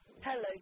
Hello